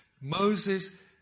Moses